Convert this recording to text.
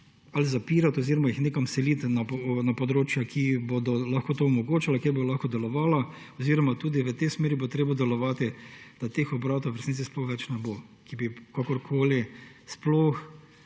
ali zapirati oziroma jih nekam seliti na območja, ki bodo lahko to omogočala, kjer bodo lahko delovali. Oziroma tudi v tej smeri bo treba delovati, da teh obratov v resnici sploh več ne bo, ki bi kakorkoli